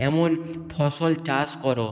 এমন ফসল চাষ করো